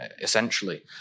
essentially